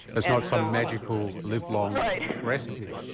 it's not some magical, live long recipe?